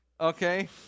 Okay